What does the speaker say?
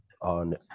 on